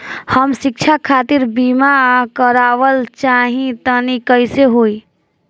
हम शिक्षा खातिर बीमा करावल चाहऽ तनि कइसे होई?